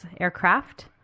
aircraft